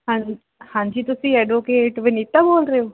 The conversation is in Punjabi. ਹਾਂਜੀ ਹਾਂਜੀ ਤੁਸੀਂ ਐਡਵੋਕੇਟ ਵਿਨੀਤਾ ਬੋਲ ਰਹੇ ਹੋ